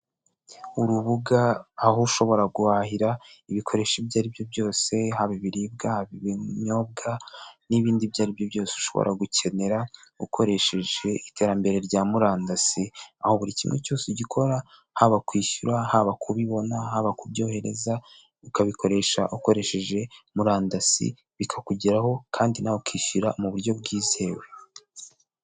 Urubuga, aho ushobora guhahira ibikoresho ibyo aribyo byose, haba ibiribwa, haba ibinyobwa n'ibindi ibyo aribyo byose ushobora gukenera ukoresheje iterambere rya murandasi. Aho buri kimwe cyose ugikora, haba kwishyura, haba kubibona, haba kubyohereza, ukabikoresha ukoresheje murandasi, bikakugeraho kandi nawe ukishyura mu buryo bwizewe.